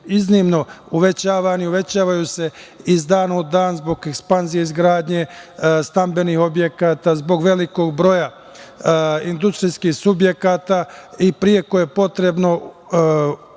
iznimno uvećavani, uvećavaju se iz dana u dan zbog ekspanzije izgradnje stambenih objekata, zbog velikog broja industrijskih subjekata i preko je potrebno obezbeđivanje